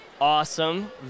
awesome